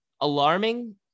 alarming